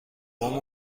بابام